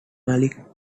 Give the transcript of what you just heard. malik